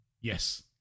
Yes